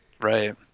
right